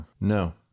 No